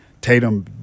Tatum